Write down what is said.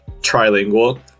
trilingual